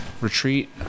retreat